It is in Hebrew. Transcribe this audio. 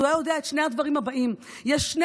הוא היה יודע את שני הדברים הבאים: יש שני